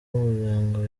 w’umuryango